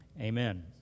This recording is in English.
amen